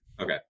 Okay